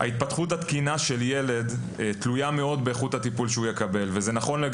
ההתפתחות התקינה של ילד תלויה מאוד באיכות הטיפול שהוא יקבל,